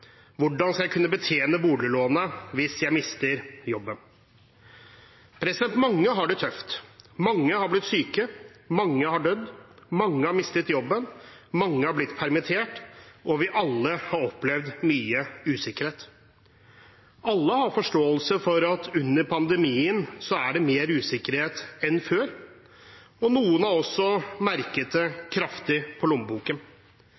Hvordan skal jeg kunne betjene boliglånet hvis jeg mister jobben? Mange har det tøft, mange har blitt syke, mange har dødd, mange har mistet jobben, mange har blitt permittert, og vi har alle opplevd mye usikkerhet. Alle har forståelse for at under pandemien er det mer usikkerhet enn før, og noen har også merket det kraftig på lommeboken.